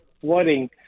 flooding